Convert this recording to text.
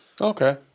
okay